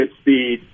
speed